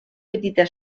petita